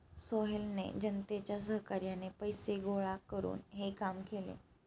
सोहेलने जनतेच्या सहकार्याने पैसे गोळा करून हे काम केले